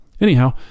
anyhow